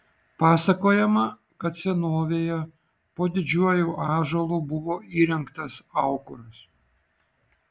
pasakojama kad senovėje po didžiuoju ąžuolu buvo įrengtas aukuras